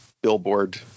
billboard